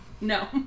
No